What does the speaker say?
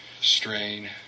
strain